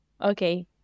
okay